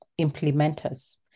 implementers